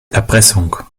erpressung